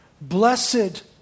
Blessed